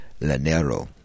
Lanero